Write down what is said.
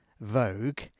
Vogue